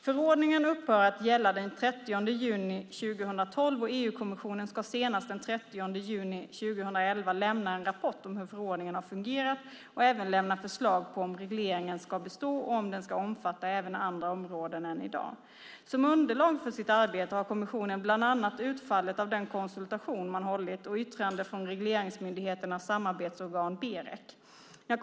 Förordningen upphör att gälla den 30 juni 2012 och EU-kommissionen ska senast den 30 juni 2011 lämna en rapport om hur förordningen har fungerat och även lämna förslag på om regleringen ska bestå och om den ska omfatta även andra områden än i dag. Som underlag för sitt arbete har kommissionen bland annat utfallet av den konsultation man hållit och ett yttrande från regleringsmyndigheternas samarbetsorgan, Berec.